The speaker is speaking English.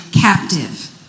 captive